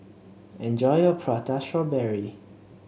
enjoy your Prata Strawberry